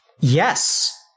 Yes